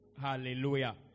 hallelujah